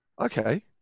Okay